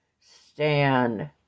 stand